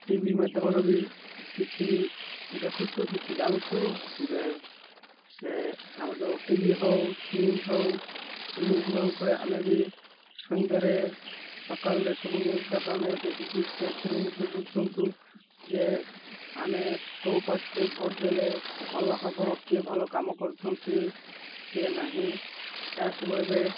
ଟି V ମାଧ୍ୟମରେ ବି କିଛି ଦେଖୁଛୁ କିଛି ଜାଣୁଛୁ ଯେ ସେ ଆମର ଯେଉଁ ଟି ଭି ହଉ ନ୍ୟୁଜ୍ ହଉ ସେ ନ୍ୟୁଜ୍ ମାନଙ୍କରେ ଆମେ ବି ସନ୍ଧ୍ୟାରେ ସକାଳରେ ସବୁ ନ୍ୟୁଜ୍ ଯାକ ଆମେ ଦେଖିକି ସେଥିରୁ ମଧ୍ୟ ବୁଝନ୍ତୁ ଯେ ଆମେ କେଉଁ ପାର୍ଟିରେ ଭୋଟ୍ ଦେଲେ ଭଲ ହବ କିଏ ଭଲ କାମ କରୁଛନ୍ତି କିଏ ନାହିଁ ଏହା ସବୁ ଏବେ